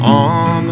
on